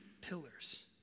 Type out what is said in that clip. pillars